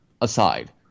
aside